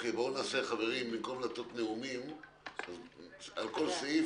יש הערות למישהו, על כל סעיף?